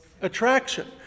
attraction